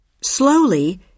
Slowly